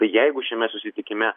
tai jeigu šiame susitikime